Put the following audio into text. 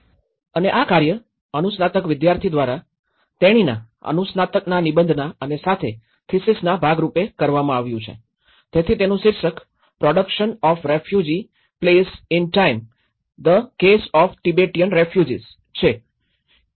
અને આ કાર્ય અનુસ્નાતક વિદ્યાર્થી દ્વારા તેણીના અનુસ્નાતકના નિબંધના અને સાથે થીસીસના ભાગરૂપે કરવામાં આવ્યું છે તેથી તેનું શીર્ષક production of refugee plays in time the case of Tibetan refugees છે